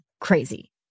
Crazy